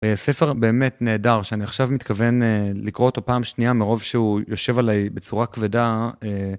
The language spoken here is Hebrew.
ספר באמת נהדר שאני עכשיו מתכוון לקרוא אותו פעם שנייה מרוב שהוא יושב עליי בצורה כבדה.